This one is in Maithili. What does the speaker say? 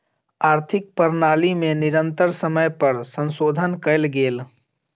आर्थिक प्रणाली में निरंतर समय पर संशोधन कयल गेल